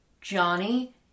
Johnny